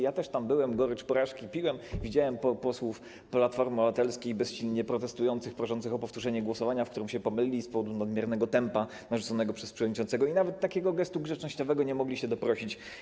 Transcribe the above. Ja też tam byłem, gorycz porażki piłem, widziałem posłów Platformy Obywatelskiej bezsilnie protestujących, proszących o powtórzenie głosowania, w którym się pomylili z powodu nadmiernego tempa narzuconego przez przewodniczącego, i nawet takiego gestu grzecznościowego nie mogli się doprosić.